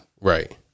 right